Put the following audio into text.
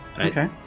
Okay